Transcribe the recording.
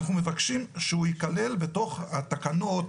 ואנחנו מבקשים שהוא ייכלל בתוך התקנות,